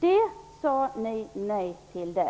Det sade ni nej till.